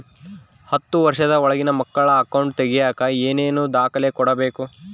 ಹತ್ತುವಷ೯ದ ಒಳಗಿನ ಮಕ್ಕಳ ಅಕೌಂಟ್ ತಗಿಯಾಕ ಏನೇನು ದಾಖಲೆ ಕೊಡಬೇಕು?